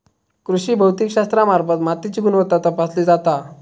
कृषी भौतिकशास्त्रामार्फत मातीची गुणवत्ता तपासली जाता